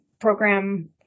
program